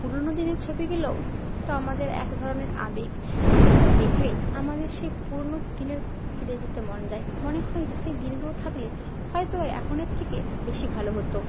পুরনো দিনের ছবিগুলোও তো আমাদের এক ধরনের আবেগ যেগুলো দেখলে আমাদের সেই পুরনো দিনের ফিরে যেতে মন যায় মনে হয় যে সে দিনগুলো থাকলে হয়তো এখনের থেকে বেশি ভালো হতো